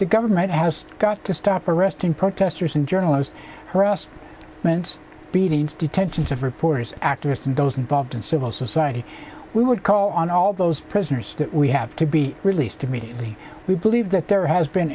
the government has got to stop arresting protesters and journalists harass means beatings detentions of reporters activists and those involved in civil society we would call on all those prisoners that we have to be released immediately we believe that there has been